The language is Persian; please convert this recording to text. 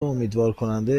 امیدوارکننده